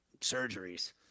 surgeries